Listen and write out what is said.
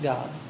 God